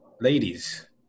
ladies